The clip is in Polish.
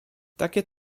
takie